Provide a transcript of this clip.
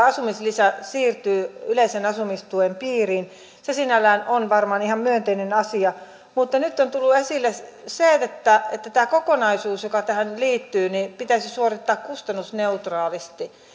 asumislisä siirtyy yleisen asumistuen piiriin se sinällään on varmaan ihan myönteinen asia mutta nyt on tullut esille se että että tämä kokonaisuus joka tähän liittyy pitäisi suorittaa kustannusneutraalisti